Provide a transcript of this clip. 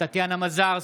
טטיאנה מזרסקי,